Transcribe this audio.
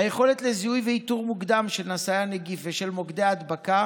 היכולת לזיהוי ואיתור מוקדם של נשאי הנגיף ושל מוקדי ההדבקה